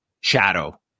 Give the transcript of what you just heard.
shadow